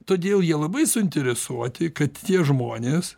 todėl jie labai suinteresuoti kad tie žmonės